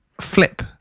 flip